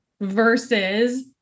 versus